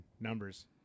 Numbers